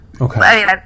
okay